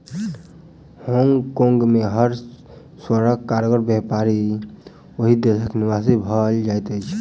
Hong Kong में कर स्वर्गक कारण व्यापारी ओहि देशक निवासी भ जाइत अछिं